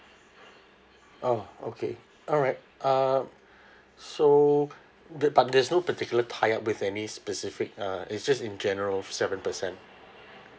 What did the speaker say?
oh okay alright um so the but there's no particular tie up with any specific uh it's just in general seven percent